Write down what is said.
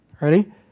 Ready